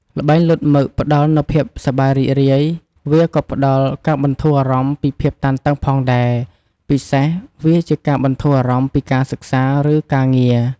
ល្បែងលោតមឹកផ្ដល់នូវភាពសប្បាយរីករាយ វាក៏ផ្ដល់ការបន្ធូរអារម្មណ៍ពីភាពតានតឹងផងដែរ ពិសេសវាជាការបន្ធូរអារម្មណ៍ពីការសិក្សា ឬការងារ។